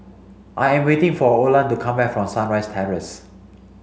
I am waiting for Olan to come back from Sunrise Terrace